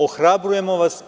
Ohrabrujemo vas.